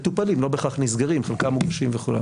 מטופלים, לא בהכרח נסגרים, חלקם מוגשים וכולי.